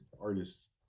artists